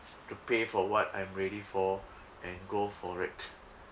to pay for what I'm ready for and go for it